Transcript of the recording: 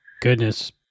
Goodness